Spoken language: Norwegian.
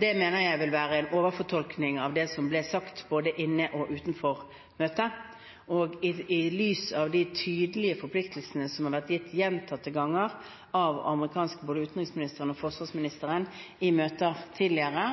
Det mener jeg vil være en overfortolkning av det som ble sagt både i og utenfor møtet. I lys av de tydelige forpliktelsene som gjentatte ganger har vært gitt av den amerikanske utenriksministeren og forsvarsministeren i møter tidligere